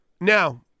Now